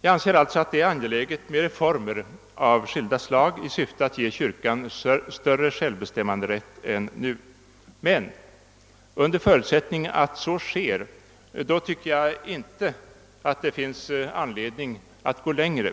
Jag anser alltså att det är angeläget med reformer av skilda slag i syfte att ge kyrkan större självbestämmanderätt än nu, men under förutsättning att så sker tycker jag inte det finns anledning att gå längre.